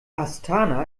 astana